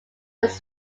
were